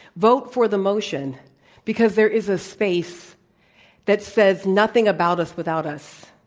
vote for the motion because there is a space that says, nothing about us without us.